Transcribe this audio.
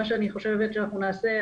מה שאני חושבת שאנחנו נעשה,